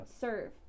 serve